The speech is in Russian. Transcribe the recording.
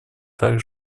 так